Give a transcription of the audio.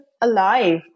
alive